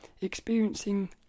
experiencing